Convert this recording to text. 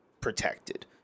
protected